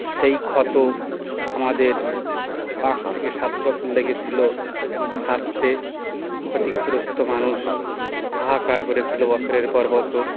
সেই ক্ষত আমাদের পাঁচ থেকে সাত বছর লেগেছিলো সারতে ক্ষতিগ্রস্ত মানুষ হাহাকার করেছিলো বছরের পর বছর